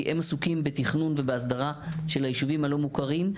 כי הם עסוקים בתכנון והסדרה של הישובים הלא מוכרים.